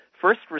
first